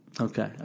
Okay